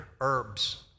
herbs